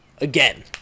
again